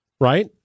right